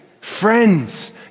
Friends